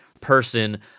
person